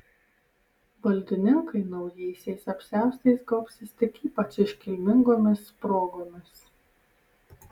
valdininkai naujaisiais apsiaustais gobsis tik ypač iškilmingomis progomis